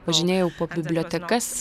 važinėjau po bibliotekas